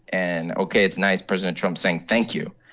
and ok, it's nice. president trump's saying, thank you.